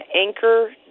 anchor